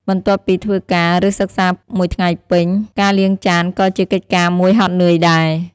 បន្ទាប់ពីធ្វើការ ឬ សិក្សាមួយថ្ងៃពេញ ការលាងចានក៏ជាកិច្ចការមួយហត់នឿយដែរ។